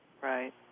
Right